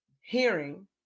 hearing